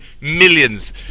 millions